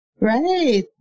Right